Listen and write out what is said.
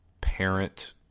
parent